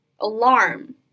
alarm